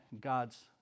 God's